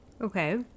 Okay